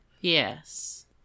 Yes